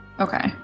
Okay